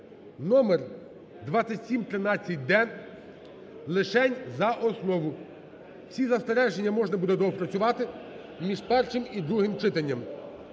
(номер 2713-д) лишень за основу. Всі застереження можна буде доопрацювати між першим і другим читанням.